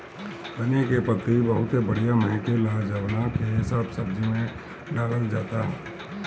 धनिया के पतइ बहुते बढ़िया महके ला जवना के सब सब्जी में डालल जाला